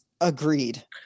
agreed